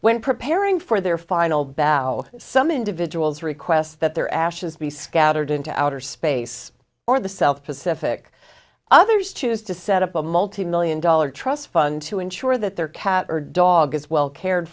when preparing for their final bow some individuals request that their ashes be scattered into outer space or the south pacific others choose to set up a multi million dollar trust fund to ensure that their cat or dog is well cared